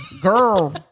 girl